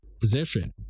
position